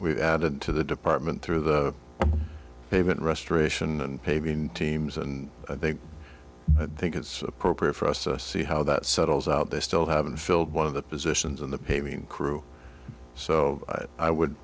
we've added to the department through the pavement restoration and paving teams and i think think it's appropriate for us to see how that settles out they still haven't filled one of the positions in the paving crew so i would